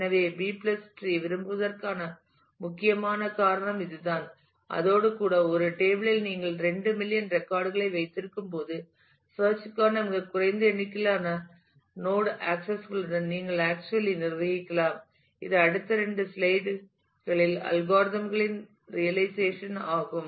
எனவே பி டிரீB tree விரும்பப்படுவதற்கான முக்கிய காரணம் இதுதான் அதோடு கூட ஒரு டேபிள் இல் நீங்கள் இரண்டு மில்லியன் ரெக்கார்ட் களை வைத்திருக்கும்போது சேர்ச் க்கான மிகக் குறைந்த எண்ணிக்கையிலான நோட் ஆக்சஸ் களுடன் நீங்கள் ஆக்சுவலி நிர்வகிக்கலாம் இது அடுத்த இரண்டு ஸ்லைடுகளில் அல்கோரிதம் களின் ரியலைசேஷன் ஆகும்